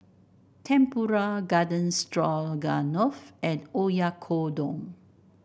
Tempura Garden Stroganoff and Oyakodon